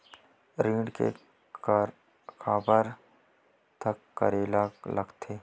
ऋण के काबर तक करेला लगथे?